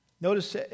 Notice